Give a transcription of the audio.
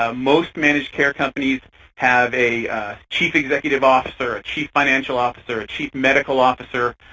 um most managed care companies have a chief executive officer, a chief financial officer, a chief medical officer,